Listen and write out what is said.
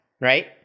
right